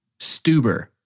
Stuber